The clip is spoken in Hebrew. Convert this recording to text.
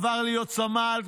עבר להיות סמל,